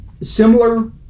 similar